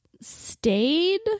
stayed